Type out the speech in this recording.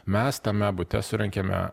mes tame bute surengėme